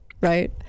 right